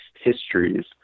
histories